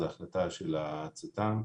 זו החלטה של הצט"מ.